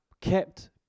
kept